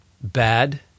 bad